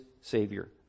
Savior